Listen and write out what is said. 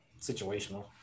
situational